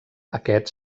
aquest